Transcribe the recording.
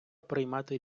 приймати